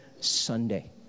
Sunday